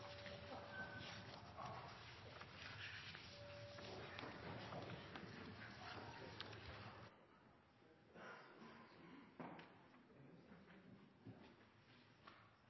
der